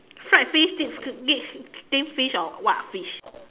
fried fish is it is it steamed fish or what fish